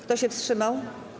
Kto się wstrzymał?